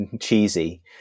cheesy